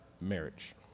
marriage